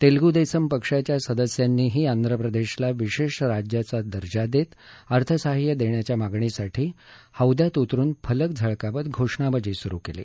तेलगु देसम पक्षाच्या सदस्यांनीही आंध्रप्रदेशला विशेष राज्याचा दर्जा देत अर्थसहाय्य देण्याच्या मागणीसाठी हौद्यात उतरून फलक झळकावत घोषणाबाजी सुरू केली